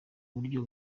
buryo